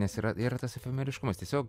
nes yra yra tas efemeriškumas tiesiog